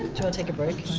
to take break?